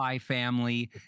family